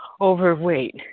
overweight